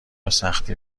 سختی